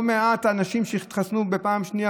לא מעט אנשים שהתחסנו בפעם שנייה,